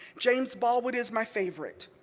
james baldwin is my favorite.